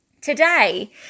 today